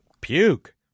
puke